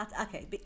Okay